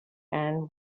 and